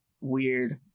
weird